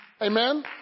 Amen